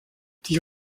die